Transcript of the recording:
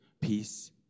peace